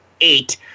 eight